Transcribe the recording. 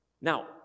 Now